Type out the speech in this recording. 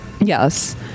Yes